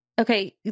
okay